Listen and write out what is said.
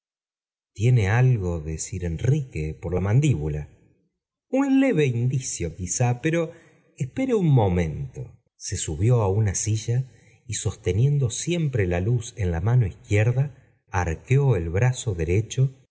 tiene algo de sir enrique por la mandíbula un leve indicio quizá pero espere un momento se subió á una silla y sosteniendo siempre la luz en la mano izquierda arqueó el brazo derecho